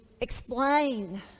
explain